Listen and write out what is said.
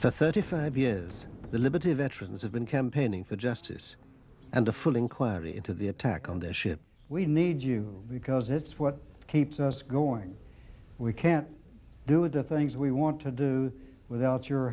for thirty five years the liberty veterans have been campaigning for justice and a full inquiry into the attack on the ship we need you because it's what keeps us going we can't do the things we want to do without your